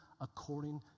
according